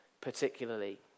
Particularly